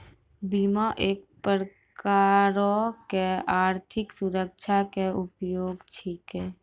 बीमा एक प्रकारो के आर्थिक सुरक्षा के उपाय छिकै